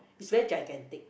is very gigantic